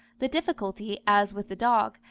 the difficulty, as with the dog,